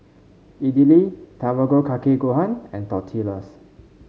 Idili Tamago Kake Gohan and Tortillas